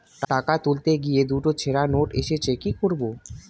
টাকা তুলতে গিয়ে দুটো ছেড়া নোট এসেছে কি করবো?